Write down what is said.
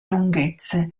lunghezze